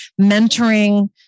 mentoring